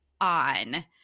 on